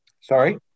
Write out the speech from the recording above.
Sorry